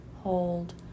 Hold